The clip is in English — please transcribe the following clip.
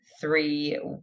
three